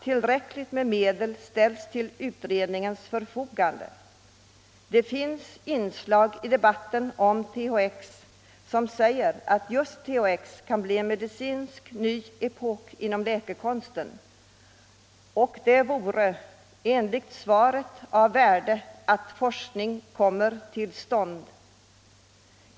Tillräckligt med ekonomiska medel bör ställas till utredningens förfogande. Det finns inslag i debatten om THX som antyder att THX kan bli inledningen till en ny medicinsk epok inom läkekonsten. Det vore Nr 132 av värde att ytterligare forskning kommer till stånd.